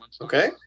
Okay